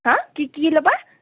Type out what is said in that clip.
হাঁ কি কি ল'বা